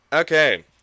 Okay